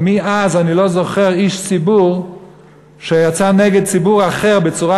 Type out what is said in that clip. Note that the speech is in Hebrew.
אבל מאז אני לא זוכר איש ציבור שיצא נגד ציבור אחר בצורה